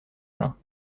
plein